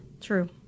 true